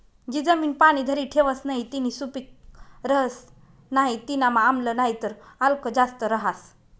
जी जमीन पाणी धरी ठेवस नही तीनी सुपीक रहस नाही तीनामा आम्ल नाहीतर आल्क जास्त रहास